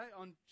on